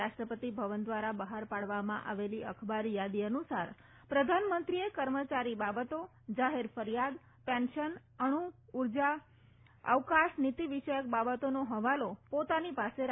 રાષ્ટ્રપતિ ભવન દ્વારા બહાર પાડવામાં આવેલી અખબારી યાદી અનુસાર પ્રધાનમંત્રીએ કર્મચારી બાબતો જાહેર ફરિયાદ પેન્શન અણુ ઉર્જા અવકાશ નીતિવિષયક બાબતોનો હવાલો પોતાની પાસે રાખ્યો છે